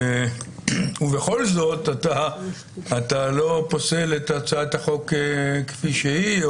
ובכל זאת, אתה לא פוסל את הצעת החוק כפי שהיא,